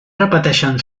repeteixen